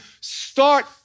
Start